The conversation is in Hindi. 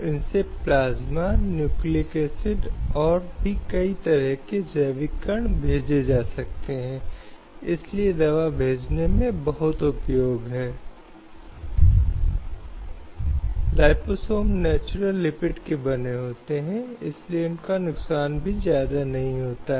हालांकि भारतीय संविधान के अनुच्छेद 15 के संदर्भ में महिलाओं और बच्चों के लिए सकारात्मक भेदभाव स्वीकार्य है